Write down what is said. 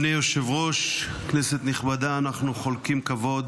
אדוני היושב-ראש, כנסת נכבדה, אנחנו חולקים כבוד